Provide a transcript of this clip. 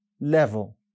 level